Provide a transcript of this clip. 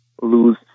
lose